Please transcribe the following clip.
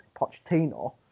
Pochettino